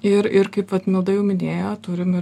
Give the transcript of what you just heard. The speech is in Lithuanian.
ir ir kaip vat milda jau minėjo turim